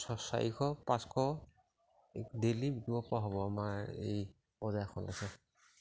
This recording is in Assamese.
চাৰিশ পাঁচশ ডেইলি বিকিব পৰা হ'ব আৰু আমাৰ এই বজাৰখন আছে